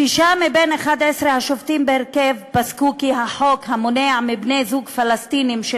שישה מבין 11 השופטים בהרכב פסקו כי החוק המונע מבני-זוג פלסטינים של